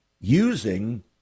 using